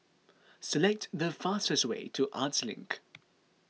select the fastest way to Arts Link